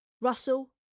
Russell